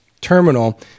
terminal